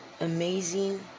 amazing